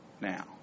now